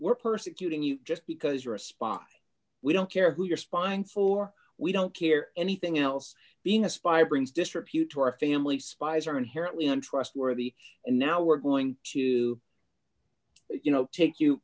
we're persecuting you just because you're a spot we don't care who you're spying for we don't care anything else being a spy brings disrepute to our family spies are inherently untrustworthy and now we're going to you know take you